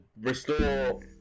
restore